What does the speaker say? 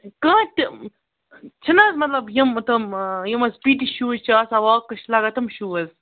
کانٛہہ تہِ چھِنہٕ حظ مطلب یِم تٔمۍ یِم حظ پی ٹی شوٗز چھِ آسان واکس چھِ لَگان تِم شوٗز